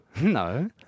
No